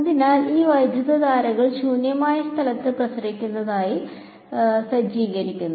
അതിനാൽ ഈ വൈദ്യുതധാരകൾ ശൂന്യമായ സ്ഥലത്ത് പ്രസരിക്കുന്നതായി സജ്ജീകരിക്കുന്നു